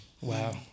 Wow